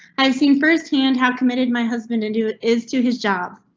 i've seen first hand how committed my husband and do is to his job.